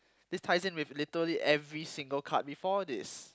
this ties in with literally every single card before this